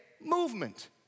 movement